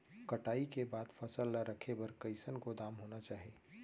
कटाई के बाद फसल ला रखे बर कईसन गोदाम होना चाही?